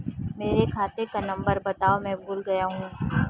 मेरे खाते का नंबर बताओ मैं भूल गया हूं